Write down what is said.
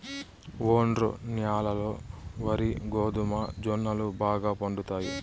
ఒండ్రు న్యాలల్లో వరి, గోధుమ, జొన్నలు బాగా పండుతాయి